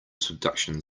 subduction